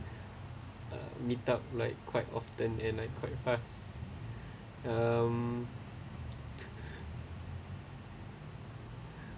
uh meet up like quite often and quite fast um